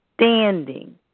standing